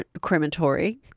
Crematory